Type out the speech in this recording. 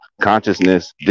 Consciousness